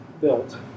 built